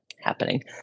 happening